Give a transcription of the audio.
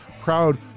proud